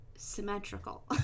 Symmetrical